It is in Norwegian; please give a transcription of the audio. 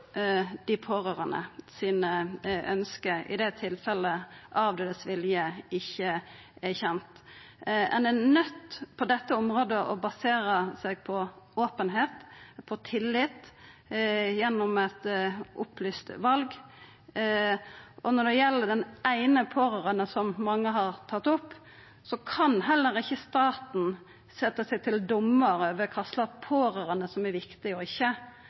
dei pårørande sine ønske i det tilfellet avdødes vilje ikkje er kjend. Ein er på dette området nøydd til å basera seg på openheit, på tillit, gjennom eit opplyst val, og når det gjeld den eine pårørande, som mange har tatt opp, kan heller ikkje staten setja seg til domar over kva slags pårørande som er viktig og ikkje,